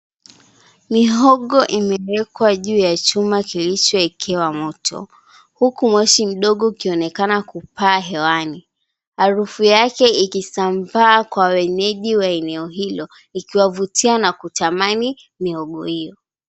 Mihogo imewekwa juu ya chuma kilicho ekewa moto, huku moshi mdogo ukionekana kupaa hewani. Harufu yake ikisambaa kwa wenyeji wa eneo hilo, ikiwavutia na kutamani mihogo hiyo.